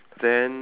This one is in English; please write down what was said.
then